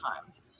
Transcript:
times